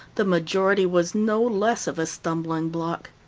the majority was no less of a stumbling block.